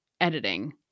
editing